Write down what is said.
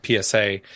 PSA